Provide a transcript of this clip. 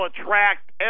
attract